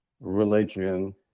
religion